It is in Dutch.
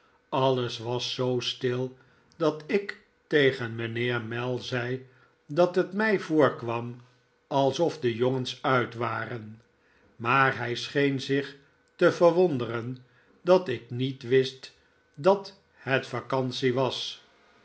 alles was zoo stil dat ik tegen mijnheer mell zei dat het mij voorkwam alsof de jongens uit waren maar hij scheen zich te verwonderen dat ik niet wist dat het vacantie was